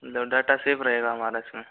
data safe रहेगा हमारा इसमें